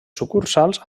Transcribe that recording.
sucursals